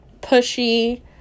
pushy